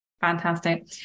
Fantastic